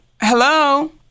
Hello